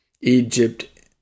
Egypt